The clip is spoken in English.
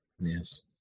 Yes